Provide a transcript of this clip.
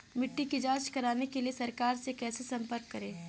मिट्टी की जांच कराने के लिए सरकार से कैसे संपर्क करें?